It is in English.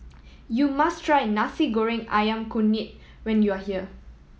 you must try Nasi Goreng Ayam Kunyit when you are here